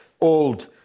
old